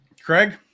Craig